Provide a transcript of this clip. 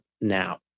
now